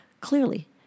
Clearly